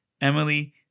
Emily